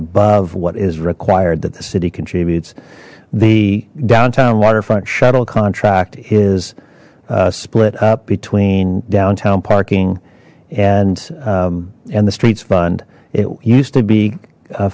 above what is required that the city contributes the downtown waterfront shuttle contract is split up between downtown parking and and the streets fund it used to be